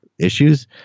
issues